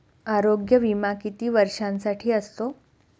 आरोग्य विमा किती वर्षांसाठी असतो?